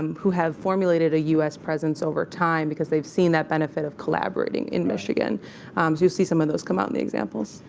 um who have formulated a u s. presence over time because they've seen that benefit of collaborating in michigan. so you'll see some of those come out in the examples.